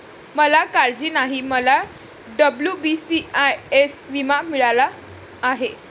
मला काळजी नाही, मला डब्ल्यू.बी.सी.आय.एस विमा मिळाला आहे